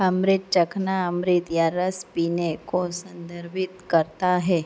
अमृत चखना अमृत या रस पीने को संदर्भित करता है